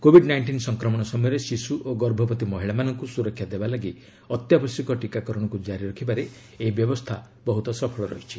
Covid nineteen ସଂକ୍ରମଣ ସମୟରେ ଶିଶୁ ଓ ଗର୍ଭବତୀ ମହିଳାମାନଙ୍କୁ ସୁରକ୍ଷା ଦେବା ପାଇଁ ଅତ୍ୟାବଶ୍ୟକ ଟୀକାକରଣକୁ ଜାରୀ ରଖିବାରେ ଏହି ବ୍ୟବସ୍ଥା ବହୃତ ସଫଳ ରହିଛି